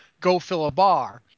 go-fill-a-bar